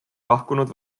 lahkunud